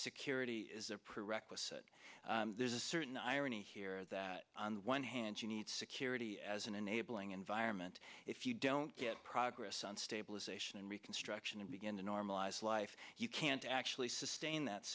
security is a prerequisite there's a certain irony here that on one hand you need security as an enabling environment if you don't get progress on stabilization and reconstruction and begin to normalize life you can't actually sustain that